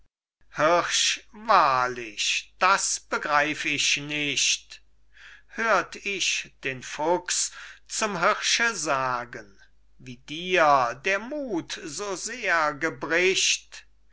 wahrlich das begreif ich nicht hört ich den fuchs zum hirsche sagen wie dir der mut so sehr